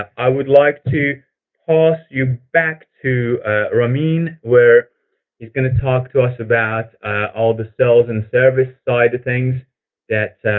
i would like to pass you back to ramine. where he's going to talk to us about all the sales and service side of things that